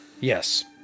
Yes